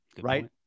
right